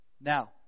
Now